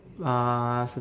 uh